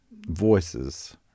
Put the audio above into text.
voices